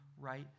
right